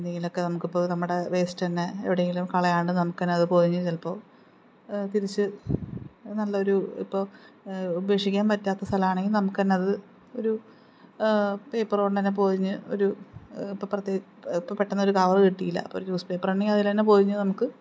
എന്തെങ്കിലുമൊക്കെ നമുക്കിപ്പോള് നമ്മുടെ വേസ്റ്റ് തന്നെ എവിടെയെങ്കിലും കളയാനുണ്ടെങ്കില് നമുക്ക് തന്നെ അത് പോതിഞ്ഞ് ചിലപ്പോള് തിരിച്ച് നല്ലയൊരു ഇപ്പോള് ഉപേക്ഷിക്കാൻ പറ്റാത്ത സ്ഥലമാണെങ്കില് നമുക്ക് തന്നെയത് ഒരു പേപ്പര് കൊണ്ടുതന്നെ പോതിഞ്ഞ് ഒരു ഇപ്പോള് ഇപ്പോള് പെട്ടെന്നൊരു കവര് കിട്ടിയില്ല ഒരു ന്യൂസ് പേപ്പറുണ്ടെങ്കില് അതില്ത്തന്നെ പോതിഞ്ഞ് നമുക്ക്